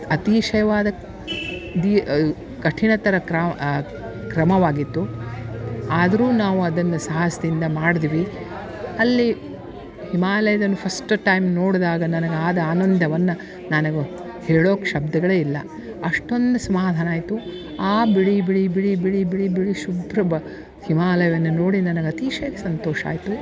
ಅತಿಶಯವಾದ ದೀ ಕಠಿಣ ಥರ ಕ್ರಮ ಕ್ರಮವಾಗಿತ್ತು ಆದರೂ ನಾವು ಅದನ್ನ ಸಾಹಸದಿಂದ ಮಾಡ್ದ್ವಿ ಅಲ್ಲಿ ಹಿಮಾಲಯದಲ್ಲಿ ಫಸ್ಟ್ ಟೈಮ್ ನೋಡಿದಾಗ ನನ್ಗೆ ಆದ ಆನಂದವನ್ನ ನನಗೆ ಹೇಳೋಕೆ ಶಬ್ದಗಳೇ ಇಲ್ಲ ಅಷ್ಟೊಂದು ಸಮಾಧಾನ ಆಯಿತು ಆ ಬಿಳಿ ಬಿಳಿ ಬಿಳಿ ಬಿಳಿ ಬಿಳಿ ಬಿಳಿ ಶುಭ್ರ ಬ ಹಿಮಾಲಯವನ್ನ ನೋಡಿ ನನಗೆ ಅತಿಶಯ್ಗ ಸಂತೋಷ ಆಯಿತು